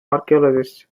archaeologists